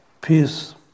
peace